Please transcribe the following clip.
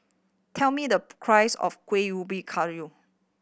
tell me the price of Kuih Ubi Kayu